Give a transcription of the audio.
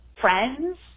friends